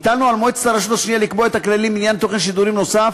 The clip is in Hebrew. הטלנו על מועצת הרשות השנייה לקבוע את הכללים לעניין תוכן שידורים נוסף